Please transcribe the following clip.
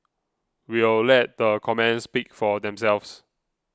we'll let the comments speak for themselves